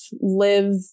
live